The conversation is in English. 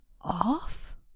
Off